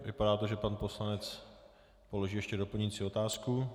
Vypadá to, že pan poslanec položí ještě doplňující otázku.